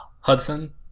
Hudson